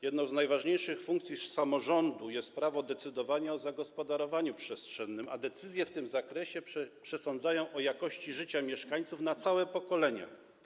Jedną z najważniejszych funkcji samorządu jest korzystanie z prawa decydowania o zagospodarowaniu przestrzennym, a decyzje w tym zakresie przesądzają o jakości życia mieszkańców na całe pokolenia.